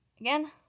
again